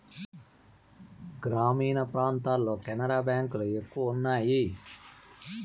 గ్రామీణ ప్రాంతాల్లో కెనరా బ్యాంక్ లు ఎక్కువ ఉన్నాయి